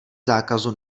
zákazu